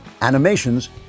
Animations